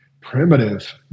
primitive